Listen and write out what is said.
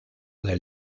del